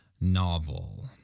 novel